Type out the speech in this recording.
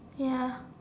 ya